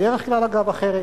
בדרך כלל, אגב, אחרת.